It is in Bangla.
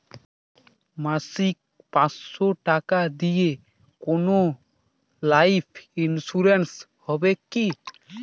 মাসিক পাঁচশো টাকা দিয়ে কোনো লাইফ ইন্সুরেন্স হবে কি?